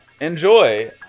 Enjoy